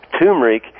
turmeric